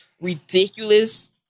ridiculous